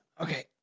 okay